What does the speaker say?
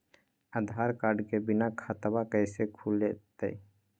आधार card के बिना खाताबा कैसे खुल तय?